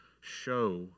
show